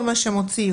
את כל מה שהם הוציאו,